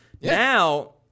Now